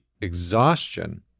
exhaustion